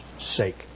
sake